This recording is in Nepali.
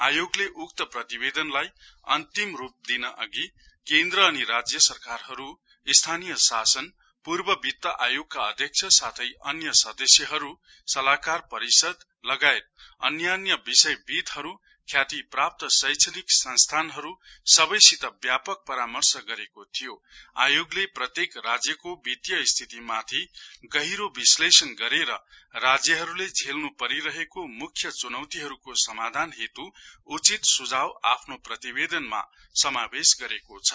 आयोगले उक्त प्रतिवेदनलाई अन्तिम रुप दिन अधि केन्द्र अनि राज्य सरकारहरु स्थानीय शासन पूर्व वित् आयोगका अध्यक्ष साथै अन्य सदस्यहरु सल्लाहकार परिषद लगायत अन्यान्य विषय विदहरु ख्यातिप्राप्त शैक्षिक संघ संस्थाहरु सबैसित व्यापक परामर्श गरेको थियो आयोगले प्रत्येक राज्यको वितिय स्थितिमाथि गहिरो विशलेषण गरेर राज्यहरुले झेल्नु परिरहेका मुख्य चुनौतिहरुको समाधान हेतु उचित सुझाव आफ्नो प्रतिवेदनमा समावेश गरेको छ